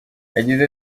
yagize